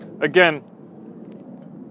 Again